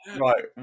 Right